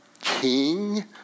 king